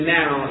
now